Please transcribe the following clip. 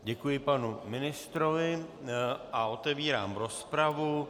Děkuji panu ministrovi a otevírám rozpravu.